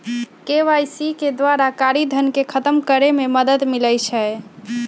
KYC के द्वारा कारी धन के खतम करए में मदद मिलइ छै